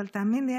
אבל תאמין לי,